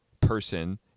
person